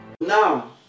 Now